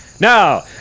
Now